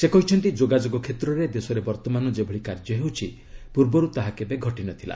ସେ କହିଛନ୍ତି ଯୋଗାଯୋଗ କ୍ଷେତ୍ରରେ ଦେଶରେ ବର୍ତ୍ତମାନ ଯେଭଳି କାର୍ଯ୍ୟ ହେଉଛି ପୂର୍ବରୁ ତାହା କେବେ ଘଟିନଥିଲା